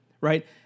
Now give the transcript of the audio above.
right